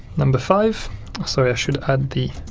number five sorry i should add the